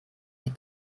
die